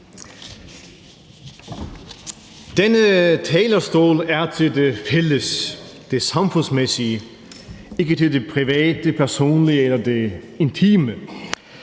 Denne talerstol er til det fælles, det samfundsmæssige, og ikke til det private, personlige eller det intime.